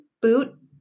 boot